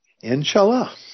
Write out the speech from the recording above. Inshallah